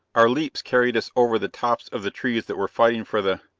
our leaps carried us over the tops of the trees that were fighting for the.